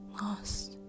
lost